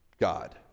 God